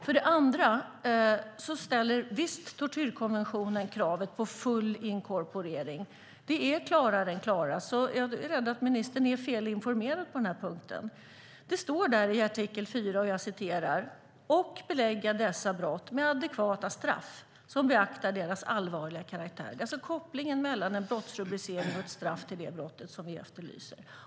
För det andra ställer visst tortyrkonventionen krav på full inkorporering. Det är klarare än klarast. Jag är rädd att ministern är fel informerad på denna punkt. Det står i artikel 4: "Varje konventionsstat skall belägga dessa brott med adekvata straff, som beaktar deras allvarliga karaktär." Och det har Sverige inte gjort, eller hur? Det är alltså kopplingen mellan en brottsrubricering och ett straff för det brottet som vi efterlyser.